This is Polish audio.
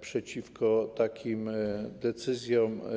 przeciwko takim decyzjom.